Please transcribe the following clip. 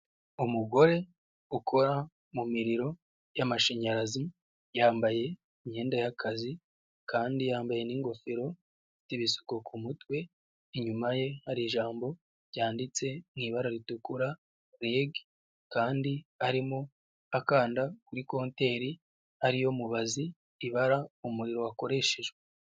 Umugore ukora mu miriro y'amashanyarazi, yambaye imyenda y'akazi kandi yambaye n'ingofero, ibisuko ku mutwe, inyuma ye hari ijambo ryanditse mu ibara ritukura REG, kandi arimo akanda kuri KonterI ari yo mubazi ibara umuriro wakoreshejwe.